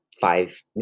five